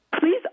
please